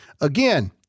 Again